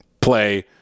play